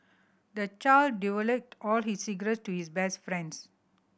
the child all his secret to his best friends